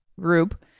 group